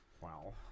Wow